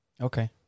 Okay